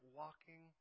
walking